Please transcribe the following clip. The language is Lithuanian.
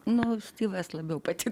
nu styvas labiau pati